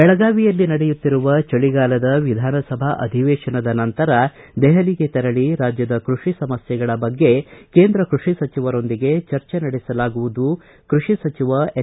ಬೆಳಗಾವಿಯಲ್ಲಿ ನಡೆಯುತ್ತಿರುವ ಚಳಿಗಾಲದ ವಿಧಾನಸಭಾ ಅಧಿವೇಶನದ ನಂತರ ದೆಹಲಿಗೆ ತೆರಳಿ ರಾಜ್ಯದ ಕೃಷಿ ಸಮಸ್ಥೆಗಳ ಬಗ್ಗೆ ಕೇಂದ್ರ ಕೃಷಿ ಸಚಿವರೊಂದಿಗೆ ಚರ್ಚೆ ನಡೆಸಲಾಗುವುದು ಎಂದು ಕೃಷಿ ಸಚಿವ ಎನ್